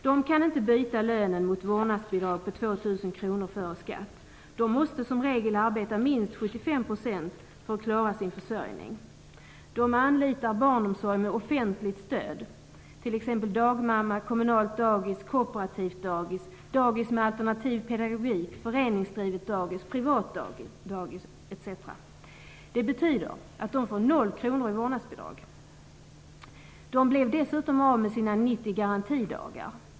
De kan inte byta lönen mot vårdnadsbidrag på 2 000 kronor före skatt. De måste som regel arbeta minst 75 % för att klara sin försörjning. De anlitar barnomsorg med offentligt stöd, t.ex. dagmamma, kommunalt dagis, kooperativt dagis, dagis med alternativ pedagogik, föreningsdrivet dagis, privat dagis etc. Det betyder att de får noll kronor i vårdnadsbidrag. De blev dessutom av med sina 90 garantidagar.